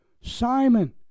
Simon